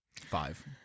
Five